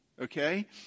Okay